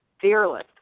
fearless